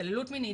התעללות מינית,